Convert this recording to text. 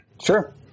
Sure